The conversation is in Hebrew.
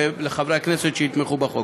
ולחברי הכנסת שיתמכו בחוק.